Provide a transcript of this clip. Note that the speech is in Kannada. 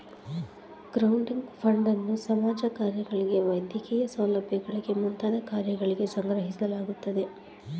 ಕ್ರೌಡಿಂಗ್ ಫಂಡನ್ನು ಸಮಾಜ ಕಾರ್ಯಗಳಿಗೆ ವೈದ್ಯಕೀಯ ಸೌಲಭ್ಯಗಳಿಗೆ ಮುಂತಾದ ಕಾರ್ಯಗಳಿಗೆ ಸಂಗ್ರಹಿಸಲಾಗುತ್ತದೆ